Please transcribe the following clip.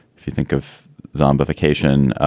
if you think of zombification,